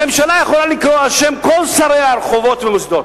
הממשלה יכולה לקרוא על-שם כל שריה רחובות ומוסדות.